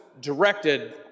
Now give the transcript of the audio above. directed